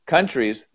Countries